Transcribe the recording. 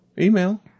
Email